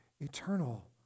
eternal